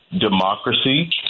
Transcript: democracy